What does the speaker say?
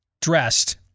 dressed